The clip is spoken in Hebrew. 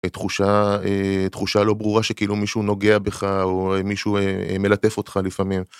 תחושה אה, תחושה לא ברורה שכאילו מישהו נוגע בך או מישהו מלטף אותך לפעמים.